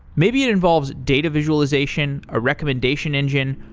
maybe it involves data visualization, a recommendation engine,